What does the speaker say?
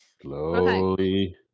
Slowly